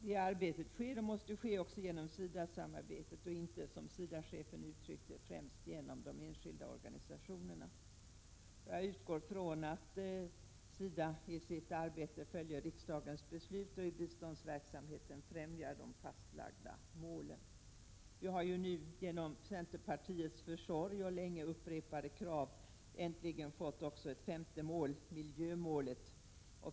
Det arbetet sker och måste ske också genom SIDA-samarbetet och inte — som SIDA-chefen uttryckt det — främst genom de enskilda organisationerna. Jag utgår från att SIDA i sitt arbete följer riksdagens beslut och i biståndsverksamheten främjar de fastlagda målen. Vi har ju nu genom centerpartiets försorg och länge upprepade krav äntligen fått också ett femte mål — miljömålet.